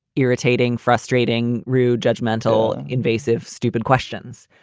irritating, frustrating, rude, judgmental, invasive, stupid questions.